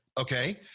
okay